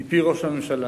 מפי ראש הממשלה.